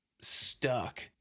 stuck